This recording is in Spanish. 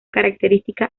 característica